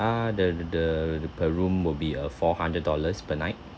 uh the the the the per room will be a four hundred dollars per night